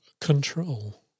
control